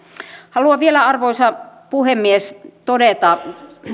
haluan vielä arvoisa puhemies todeta